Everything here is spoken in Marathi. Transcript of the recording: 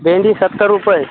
भेंडी सत्तर रुपये